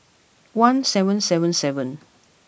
one seven seven seven